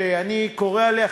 שאני קורא עליה,